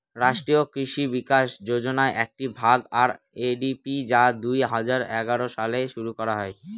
রাষ্ট্রীয় কৃষি বিকাশ যোজনার একটি ভাগ আর.এ.ডি.পি যা দুই হাজার এগারো সালে শুরু করা হয়